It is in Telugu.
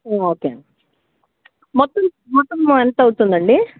ఓకే మొత్తం మొత్తం ఎంత అవుతుందండి